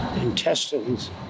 intestines